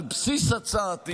על בסיס הצעתי